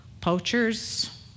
poachers